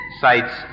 sights